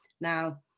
Now